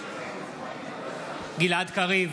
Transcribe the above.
גלעד קריב,